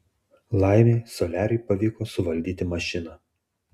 laimė soliariui pavyko suvaldyti mašiną